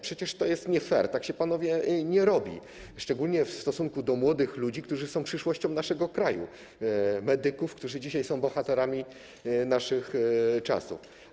Przecież to jest nie fair, tak się, panowie, nie robi, szczególnie w stosunku do młodych ludzi, którzy są przyszłością naszego kraju, medyków, którzy są bohaterami naszych czasów.